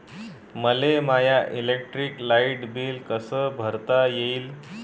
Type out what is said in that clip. मले माय electric light bill कस भरता येईल?